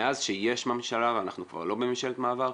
מאז שיש ממשלה ואנחנו כבר לא בממשלת מעבר,